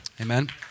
Amen